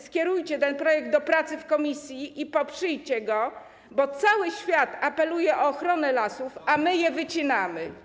Skierujcie ten projekt do prac w komisji i poprzyjcie go, bo cały świat apeluje o ochronę lasów, a my je wycinamy.